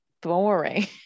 Boring